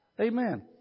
Amen